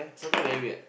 sometime very weird